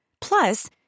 Plus